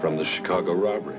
from the chicago robber